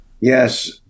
Yes